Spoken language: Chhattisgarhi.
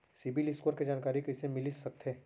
सिबील स्कोर के जानकारी कइसे मिलिस सकथे?